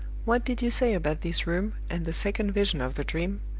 what did you say about this room, and the second vision of the dream?